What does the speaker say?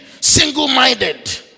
single-minded